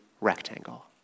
rectangle